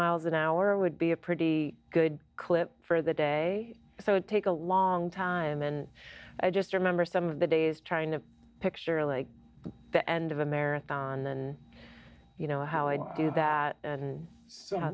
miles an hour would be a pretty good clip for the day so take a long time and i just remember some of the days trying to picture like the end of a marathon than you know how i do that and